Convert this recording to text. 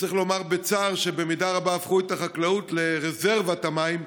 וצריך לומר בצער שבמידה רבה הפכו את החקלאות לרזרבת המים,